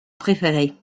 préféré